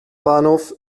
bahnhof